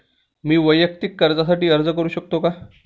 मी वैयक्तिक कर्जासाठी अर्ज करू शकतो का?